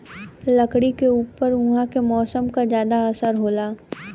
लकड़ी के ऊपर उहाँ के मौसम क जादा असर होला